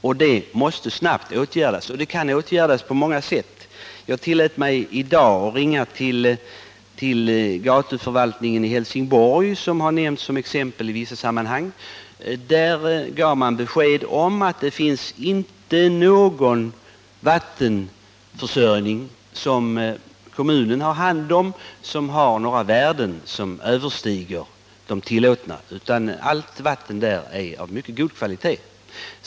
Är det så, måste det snabbt åtgärdas. Och det kan åtgärdas på många sätt. Jag tillät mig i dag ringa till gatuförvaltningen i Helsingborg, som i vissa sammanhang nämnts som exempel. Där gav man besked om att ingen vattenförsörjning som kommunen har hand om har värden som överstiger de tillåtna. Allt vatten där är av mycket god kvalitet.